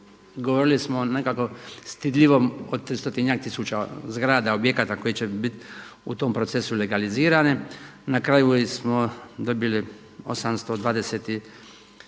Govorili smo nekako stidljivo o 300-tinjak tisuća zgrada, objekata koji će biti u tom procesu legalizirane. Na kraju smo dobili 826